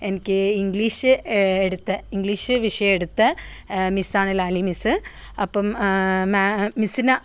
എനിക്ക് ഇംഗ്ലീഷ് എടുത്ത ഇംഗ്ലീഷ് വിഷയം എടുത്ത മിസ്സ് ആണ് ലാലി മിസ്സ് അപ്പം മാം മിസ്സിനെ